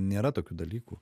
nėra tokių dalykų